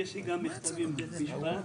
יש לי גם מכתבים מבית המשפט.